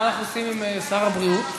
מה אנחנו עושים עם שר הבריאות?